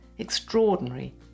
Extraordinary